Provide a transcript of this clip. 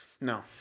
No